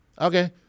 Okay